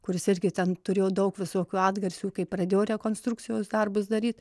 kuris irgi ten turėjo daug visokių atgarsių kai pradėjo rekonstrukcijos darbus daryt